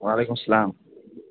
وعلیکُم اَسلام